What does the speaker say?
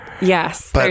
yes